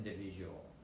individual